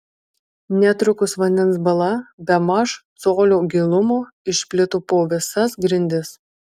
netrukus vandens bala bemaž colio gilumo išplito po visas grindis